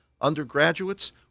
undergraduates